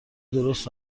درست